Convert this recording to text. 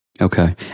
Okay